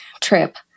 trip